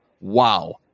wow